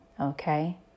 Okay